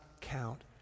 count